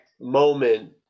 moment